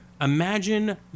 Imagine